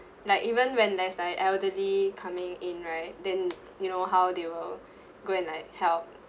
like even when there's like elderly coming in right then you know how they will go and like help